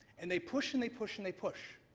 and they push and they push and they push,